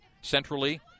centrally